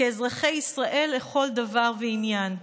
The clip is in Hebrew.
כאזרחי ישראל לכל דבר ועניין.